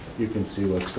you can see what's